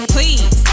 Please